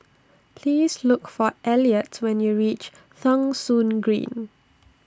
Please Look For Eliot when YOU REACH Thong Soon Green